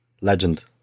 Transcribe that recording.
Legend